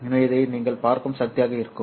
எனவே இது நீங்கள் பார்க்கும் சக்தியாக இருக்கும்